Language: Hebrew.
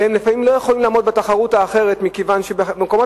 ולפעמים הם לא יכולים לעמוד בתחרות מכיוון שבמקומות